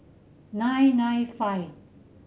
nine nine five